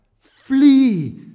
flee